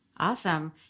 Awesome